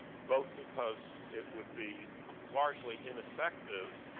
both because it would be largely ineffective,